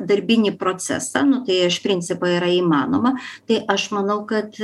darbinį procesą nu tai iš principo yra įmanoma tai aš manau kad